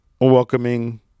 welcoming